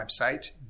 website